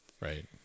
Right